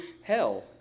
hell